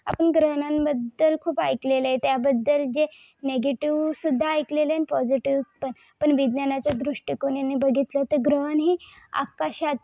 आपण ग्रहणांबद्दल खूप ऐकलेलं आहे त्याबद्दल जे निगेटिव्हसुद्धा ऐकलेलं आहे आणि पॉझिटिव्हसुद्धा पण विज्ञानाच्या दृष्टिकोनाने बघितलं तर ग्रहण हे आकाशात